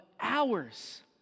hours